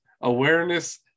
Awareness